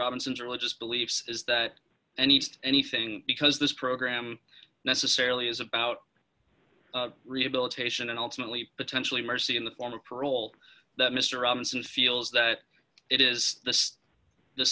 robinson's religious beliefs is that any anything because this program necessarily is about rehabilitation and ultimately potentially mercy in the form of parole that mr robinson feels that it is th